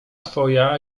twoja